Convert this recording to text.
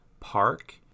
park